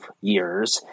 years